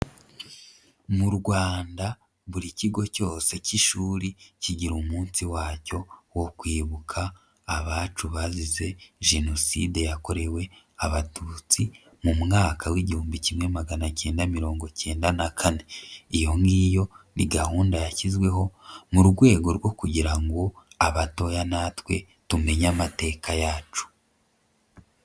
Mu Rwanda buri kigo cyose cy'ishuri kigira umunsi wacyo wo kwibuka abacu bazize Jenoside yakorewe Abatutsi, mu mwaka w'igihumbi kimwe magana cyenda mirongo icyenda na kane, iyo ngiyo ni gahunda yashyizweho mu rwego rwo kugira ngo abatoya natwe tumenye amateka yacu.